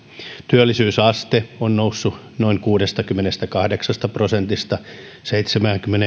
työllisyysaste on noussut noin kuudestakymmenestäkahdeksasta prosentista seitsemäänkymmeneenkahteen prosenttiin